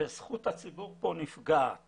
וזכות הציבור כאן נפגעת